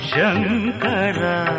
Shankara